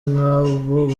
nk’abo